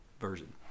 Version